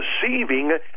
deceiving